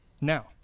Now